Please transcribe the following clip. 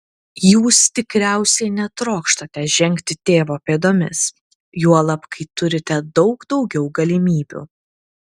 jūs tikriausiai netrokštate žengti tėvo pėdomis juolab kai turite daug daugiau galimybių